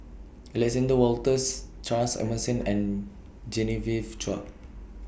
Alexander Wolters Charles Emmerson and Genevieve Chua